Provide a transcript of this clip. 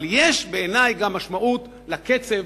אבל יש בעיני גם משמעות לקצב,